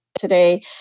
today